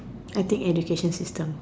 I think education system